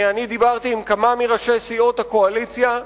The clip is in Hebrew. אני דיברתי עם כמה מראשי סיעות הקואליציה,